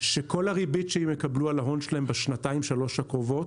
שכל הריבית שהם יקבלו על ההון שלהם בשנתיים שלוש הקרובות